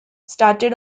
started